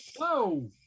whoa